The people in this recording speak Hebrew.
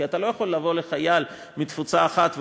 כי אתה לא יכול לבוא לחייל מתפוצה אחת ולהגיד: